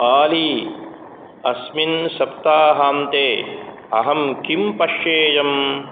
आली अस्मिन् सप्ताहान्ते अहं किं पश्येयम्